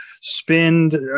spend